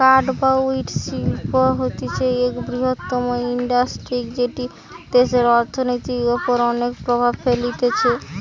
কাঠ বা উড শিল্প হতিছে এক বৃহত্তম ইন্ডাস্ট্রি যেটি দেশের অর্থনীতির ওপর অনেক প্রভাব ফেলতিছে